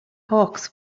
hawks